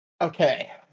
Okay